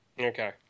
Okay